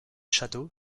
château